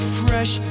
fresh